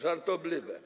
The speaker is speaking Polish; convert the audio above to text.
Żartobliwe.